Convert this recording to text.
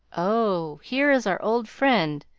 oh, here is our old friend,